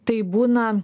taip būna